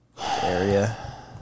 area